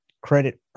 credit